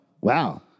Wow